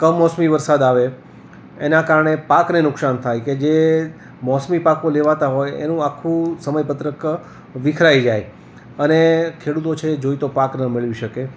કમોસમી વરસાદ આવે એના કારણે પાકને નુકશાન થાય કે જે મોસમી પાકો લેવાતા હોય એનું આખું સમયપત્રક વિખેરાઈ જાય અને ખેડૂતો છે જોઈતો પાક ન મેળવી શકે